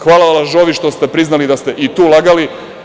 Hvala, lažovi, što ste priznali da ste i tu lagali.